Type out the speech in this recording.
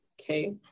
Okay